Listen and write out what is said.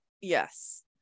Yes